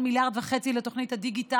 ועוד 1.5 מיליארד לתוכנית הדיגיטל,